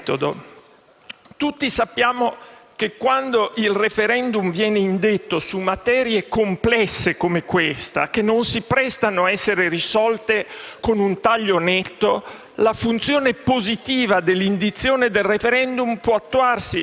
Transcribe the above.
Tutti sappiamo che, quando il *referendum* viene indetto su materie complesse come questa che non si prestano a essere risolte con un taglio netto, la funzione positiva dell'indizione del *referendum* può attuarsi...